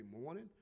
morning